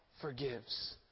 forgives